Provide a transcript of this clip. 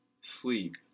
sleep